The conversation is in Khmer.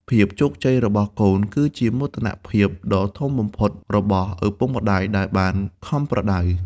ភាពជោគជ័យរបស់កូន គឺជាមោទនភាពដ៏ធំបំផុតរបស់ឪពុកម្ដាយដែលបានខំប្រដៅ។